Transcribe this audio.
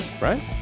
right